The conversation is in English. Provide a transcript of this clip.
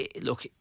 Look